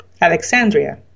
Alexandria